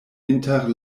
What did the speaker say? inter